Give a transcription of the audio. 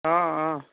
অঁ অঁ